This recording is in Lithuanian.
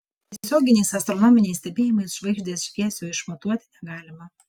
tiesioginiais astronominiais stebėjimais žvaigždės šviesio išmatuoti negalima